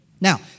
Now